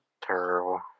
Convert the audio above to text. Terrible